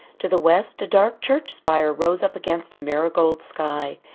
to the west a dark church spire rose up against a marigold sky.